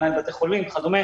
בתי חולים וכדומה